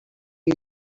you